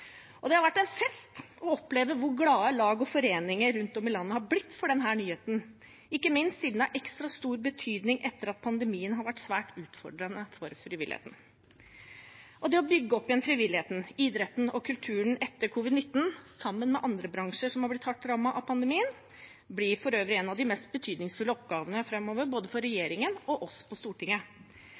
Det har vært en fest å oppleve hvor glade lag og foreninger rundt om i landet har blitt for denne nyheten – ikke minst siden det er av ekstra stor betydning for frivilligheten etter den svært utfordrende pandemien. Det å bygge opp igjen frivilligheten, idretten og kulturen etter covid-19 sammen med andre bransjer som har blitt hardt rammet av pandemien, blir for øvrig en av de mest betydningsfulle oppgavene framover, for både regjeringen og oss på Stortinget.